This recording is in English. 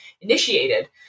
initiated